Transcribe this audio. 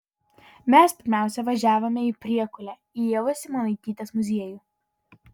mes pirmiausia važiavome į priekulę į ievos simonaitytės muziejų